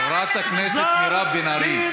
חברת הכנסת מירב בן ארי.